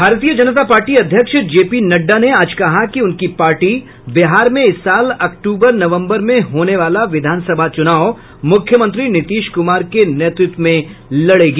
भारतीय जनता पार्टी अध्यक्ष J P Nadda ने आज कहा कि उनकी पार्टी बिहार में इस साल अक्तूबर नवंबर में होने वाला विधानसभा चुनाव मुख्यमंत्री नीतीश कुमार के नेतृत्व में लडेगी